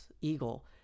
Eagle